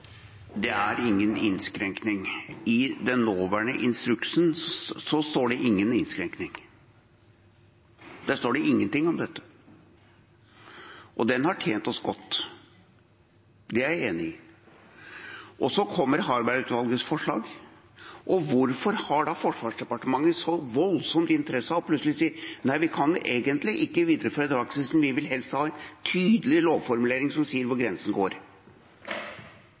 Det er ingen innskrenkning. I den nåværende instruksen står det ingenting om dette. Og den har tjent oss godt, det er jeg enig i. Så kommer Harberg-utvalgets forslag, og hvorfor har da Forsvarsdepartementet så voldsom interesse av plutselig å si: Nei, vi kan egentlig ikke videreføre praksisen, vi vil helst ha en tydelig lovformulering som sier hvor grensen går.